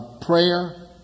prayer